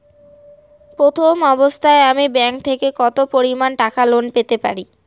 প্রথম অবস্থায় আমি ব্যাংক থেকে কত পরিমান টাকা লোন পেতে পারি?